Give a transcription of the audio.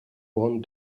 one